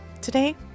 today